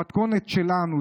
המתכונת שלנו.